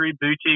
boutique